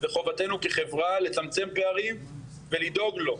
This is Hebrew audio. וחובתנו כחברה לצמצם פערים ולדאוג לו,